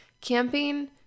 Camping